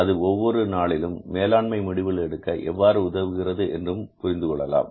அது ஒவ்வொரு நாளிலும் மேலாண்மை முடிவுகள் எடுக்க எவ்வாறு உதவுகிறது என்றும் புரிந்து கொள்ளலாம்